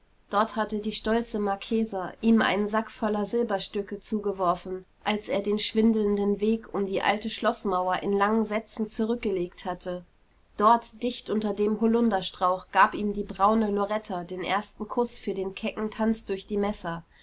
dort hatte die stolze marquesa ihm einen sack voller silberstücke zugeworfen als er den schwindelnden weg um die alte schloßmauer in langen sätzen zurückgelegt hatte dort dicht unter dem holunderstrauch gab ihm die braune loretta den ersten kuß für den kecken tanz durch die messer